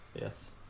yes